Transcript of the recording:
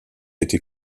été